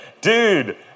Dude